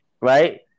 right